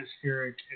Atmospheric